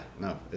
no